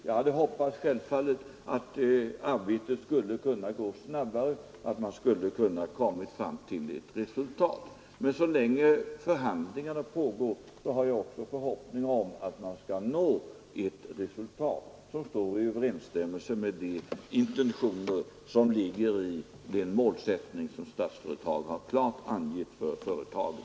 Jag hade självfallet hoppats att arbetet hade kunnat gå snabbare och att man hade kunnat komma fram till ett resultat, men jag upprepar att så länge förhandlingarna pågår har jag också förhoppning om att man skall nå ett resultat, som står i överensstämmelse med de intentioner som ligger i den målsättning som Statsföretag klart angivit för företagen.